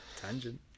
Tangent